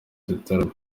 dutarame